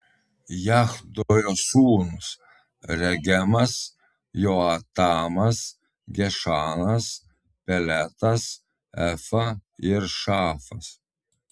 jahdojo sūnūs regemas joatamas gešanas peletas efa ir šaafas